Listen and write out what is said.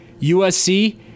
usc